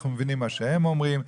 אנחנו מבינים מה שהם אומרים.